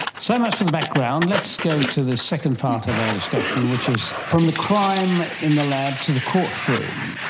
so much for the background. let's go to the second part of our discussion, which is from the crime in the lab to the courtroom,